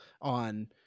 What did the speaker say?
on